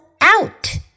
out